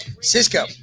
cisco